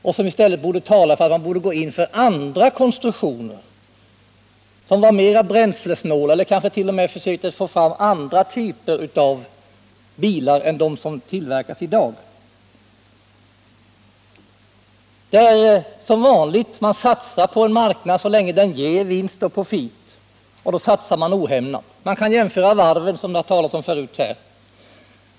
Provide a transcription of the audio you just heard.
Det borde i stället tala för att man skulle gå in för andra konstruktioner som var mer bränslesnåla eller kanske t.o.m. försöka få fram nya typer av bilar än de som tillverkas i dag. Det är som vanligt: man satsar ohämmat på en marknad så länge den ger profit. Vi kan jämföra med varven, som det har talats om förut här.